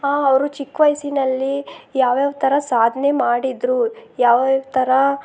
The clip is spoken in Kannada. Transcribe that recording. ಅವರು ಚಿಕ್ಕ ವಯಸ್ಸಿನಲ್ಲಿ ಯಾವ ಯಾವ ಥರ ಸಾಧನೆ ಮಾಡಿದ್ದರು ಯಾವ ಯಾವ ಥರ